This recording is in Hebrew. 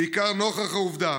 בעיקר נוכח העובדה